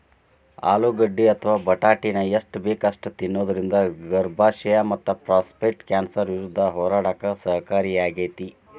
ಆಲೂಗಡ್ಡಿ ಅಥವಾ ಬಟಾಟಿನ ಎಷ್ಟ ಬೇಕ ಅಷ್ಟ ತಿನ್ನೋದರಿಂದ ಗರ್ಭಾಶಯ ಮತ್ತಪ್ರಾಸ್ಟೇಟ್ ಕ್ಯಾನ್ಸರ್ ವಿರುದ್ಧ ಹೋರಾಡಕ ಸಹಕಾರಿಯಾಗ್ಯಾತಿ